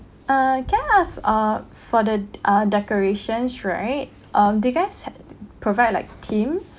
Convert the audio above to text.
uh can I ask uh for the uh decorations right um do you guys ha~ provide like themes